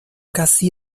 casi